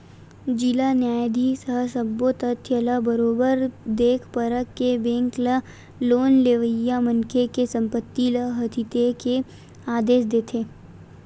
जिला न्यायधीस ह सब्बो तथ्य ल बरोबर देख परख के बेंक ल लोन लेवइया मनखे के संपत्ति ल हथितेये के आदेश देथे